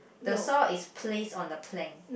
the saw is placed on the plank